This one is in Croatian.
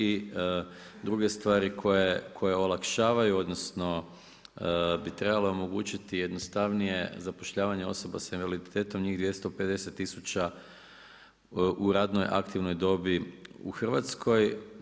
I druge stvari koje olakšavaju odnosno bi trebale omogućiti jednostavnije zapošljavanje osoba sa invaliditetom njih 250 tisuća u radnoj aktivnoj dobi u Hrvatskoj.